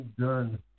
done